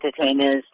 entertainers